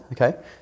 okay